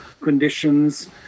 conditions